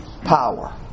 power